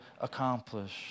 accomplish